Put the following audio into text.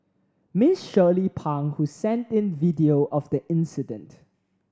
Miss Shirley Pang who sent in video of the incident